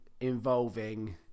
involving